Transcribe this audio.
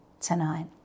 tonight